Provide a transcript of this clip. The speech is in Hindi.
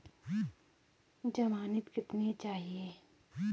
ज़मानती कितने चाहिये?